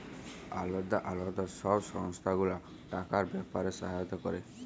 আলদা আলদা সব সংস্থা গুলা টাকার ব্যাপারে সহায়তা ক্যরে